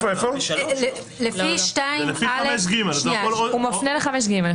זה לפי 5ג --- הוא מפנה ל-5ג.